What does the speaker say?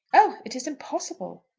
oh it is impossible!